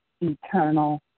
eternal